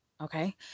okay